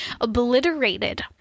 obliterated